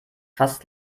fast